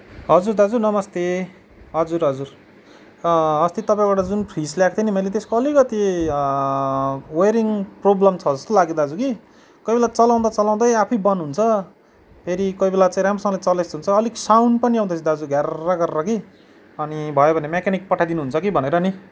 हजुर दाजु नमस्ते हजुर हजुर अस्ति तपाईँबाट जुन फ्रिज ल्याएको थिएँ नि मैले त्यसको अलिकति वेरिङ प्रब्लम छ जस्तो लाग्यो दाजु कि कोही बेला चलाउँदा चलाउँदै आफै बन्द हुन्छ फेरि कोही बेला चाहिँ राम्रोसँगले चलेको जस्तो हुन्छ अलिक साउन्ड पनि आउँदैछ दाजु घ्यार्रर गरेर कि अनि भयो भने मेकेनिक पठाइदिनु हुन्छ कि भनेर नि